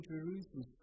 Jerusalem